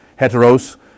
heteros